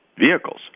vehicles